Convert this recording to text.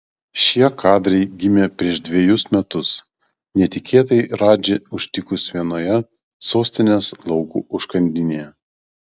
šie kadrai gimė prieš dvejus metus netikėtai radžį užtikus vienoje sostinės lauko užkandinėje